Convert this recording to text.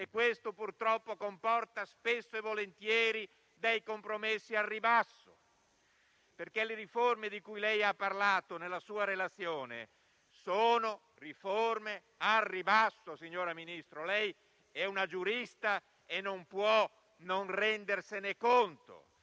e questo purtroppo comporta spesso e volentieri dei compromessi al ribasso. Le riforme di cui lei ha parlato nella sua relazione sono al ribasso, signor Ministro. Lei è una giurista e non può non rendersi conto